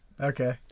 Okay